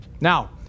Now